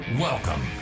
welcome